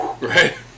Right